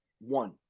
one